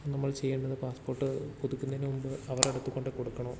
നമ്മൾ ചെയ്യേണ്ടത് പാസ്പോർട്ട് പുതുക്കുന്നതിനു മുൻപ് അവരുടെ അടുത്ത് കൊണ്ടു കൊടുക്കണോ